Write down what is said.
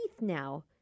now